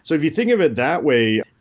so if you think of it that way,